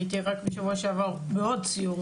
הייתי רק בשבוע שעבר בעוד סיור,